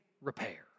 repair